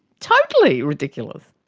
totally ridiculous!